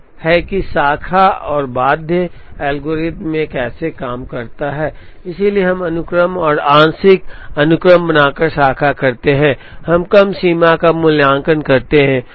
तो यह है कि शाखा और बाध्य एल्गोरिदम कैसे काम करता है इसलिए हम अनुक्रम और आंशिक अनुक्रम बनाकर शाखा करते हैं हम कम सीमा का मूल्यांकन करते हैं